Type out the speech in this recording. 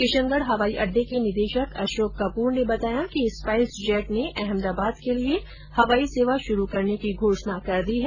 किशनगढ़ हवाई अड्डे के निदेशक अशोक कपूर ने बताया कि स्पाइसजेट ने अहमदाबाद के लिए हवाई सेवा शुरू करने की घोषणा कर दी है